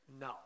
No